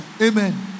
Amen